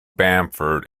bamford